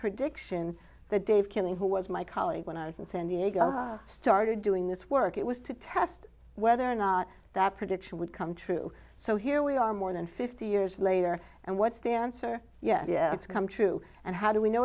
prediction the dave killing who was my colleague when i was in san diego started doing this work it was to test whether or not that prediction would come true so here we are more than fifty years later and what stance or yeah it's come true and how do we know